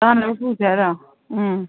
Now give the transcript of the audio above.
ꯆꯥꯅꯕ ꯄꯨꯁꯦ ꯍꯥꯏꯔꯣ ꯎꯝ